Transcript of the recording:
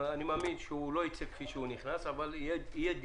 הוא יבוא כהצעת חוק פרטית של חברי הוועדה עם פטור מחובת הנחה,